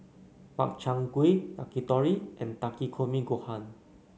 Makchang Gui Yakitori and Takikomi Gohan